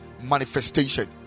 manifestation